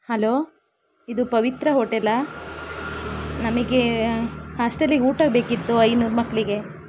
hello ಇದು ಪವಿತ್ರ ಹೋಟೆಲಾ ನಮಗೆ ಹಾಸ್ಟೆಲಿಗೆ ಊಟ ಬೇಕಿತ್ತು ಐನೂರು ಮಕ್ಕಳಿಗೆ